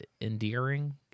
endearing